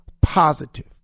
positive